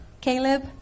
Caleb